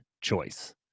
choice